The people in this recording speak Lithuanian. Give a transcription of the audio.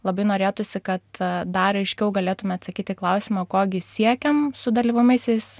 labai norėtųsi kad dar aiškiau galėtume atsakyti į klausimą ko gi siekiam sudalyvauti vaisiais